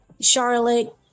Charlotte